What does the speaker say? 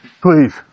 Please